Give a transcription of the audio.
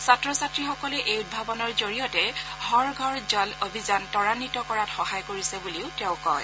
ছাত্ৰ ছাত্ৰীসকলে এই উদ্ভাৱনৰ জৰিয়তে হৰ ঘৰ জল অভিযান ত্বান্বিত কৰাত সহায় কৰিছে বুলিও তেওঁ কয়